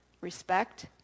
respect